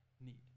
need